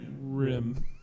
Rim